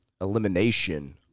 elimination